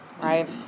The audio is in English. right